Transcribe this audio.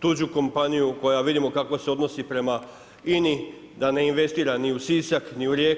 tuđu kompaniju koja vidimo kako se odnosi prema INA-i, da ne investira ni u Sisak, ni u Rijeku.